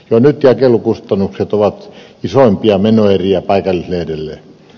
jo nyt jakelukustannukset ovat isoimpia menoeriä paikallislehdelle